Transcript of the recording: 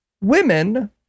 women